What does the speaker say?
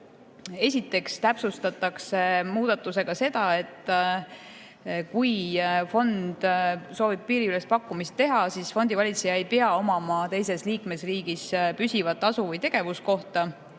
Esiteks täpsustatakse muudatusega seda, et kui fond soovib piiriülest pakkumist teha, siis fondivalitseja ei pea omama teises liikmesriigis püsivat asu‑ või tegevuskohta.